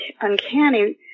uncanny